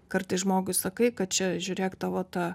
kartais žmogui sakai kad čia žiūrėk tavo ta